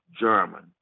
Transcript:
German